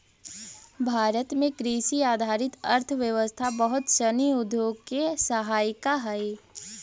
भारत में कृषि आधारित अर्थव्यवस्था बहुत सनी उद्योग के सहायिका हइ